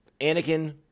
Anakin